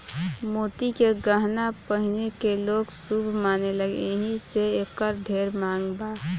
मोती के गहना पहिने के लोग शुभ मानेला एही से एकर ढेर मांग बा